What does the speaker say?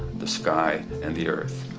the sky and the earth,